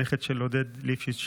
הנכד של עודד ליפשיץ,